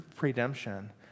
redemption